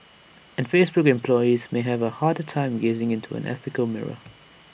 and Facebook employees may have A harder time gazing into an ethical mirror